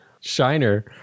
Shiner